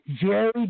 Jerry